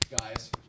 Guys